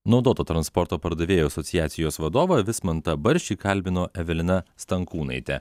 naudoto transporto pardavėjų asociacijos vadovą vismantą baršį kalbino evelina stankūnaitė